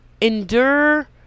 endure